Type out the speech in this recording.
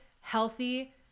healthy